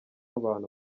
abantu